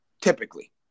typically